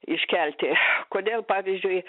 iškelti kodėl pavyzdžiui